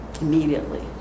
immediately